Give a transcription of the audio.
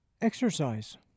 Exercise